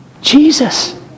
Jesus